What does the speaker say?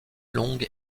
longue